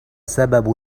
سبب